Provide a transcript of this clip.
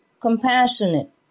compassionate